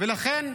ולכן,